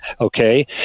Okay